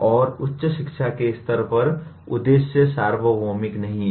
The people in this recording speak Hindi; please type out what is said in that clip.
और उच्च शिक्षा के स्तर पर उद्देश्य सार्वभौमिक नहीं हैं